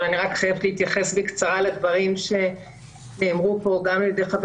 אבל אני חייבת להתייחס לדברים שנאמרו על ידי חבר